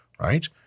right